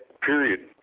period